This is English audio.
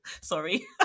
Sorry